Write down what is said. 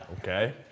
Okay